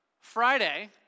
Friday